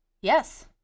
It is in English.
Yes